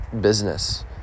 business